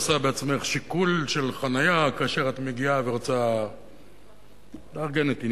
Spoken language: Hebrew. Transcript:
עושה בעצמך שיקול של חנייה כאשר את מגיעה ורוצה לארגן את עניינייך,